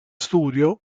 studio